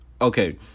Okay